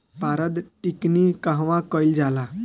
पारद टिक्णी कहवा कयील जाला?